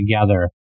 together